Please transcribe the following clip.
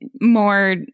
more